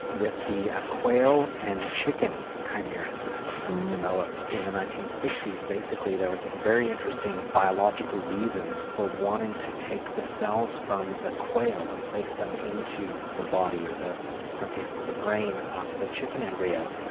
and with the ah quail and chicken chimera system that was developed in the nineteen sixty s. basically there were some very interesting biological reasons for wanting to take the cells from the quail and place them into the body or in some cases the brain of the chicken embryo,